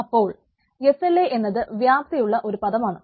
അപ്പോൾ SLA എന്നത് വ്യാപ്തിയുള്ള ഒരു പദമാണ്